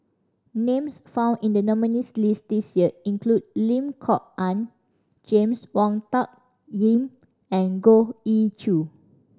names found in the nominees' list this year include Lim Kok Ann James Wong Tuck Yim and Goh Ee Choo